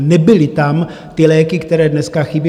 Nebyly tam ty léky, které dneska chybí.